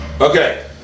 Okay